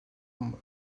bombe